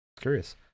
curious